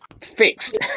Fixed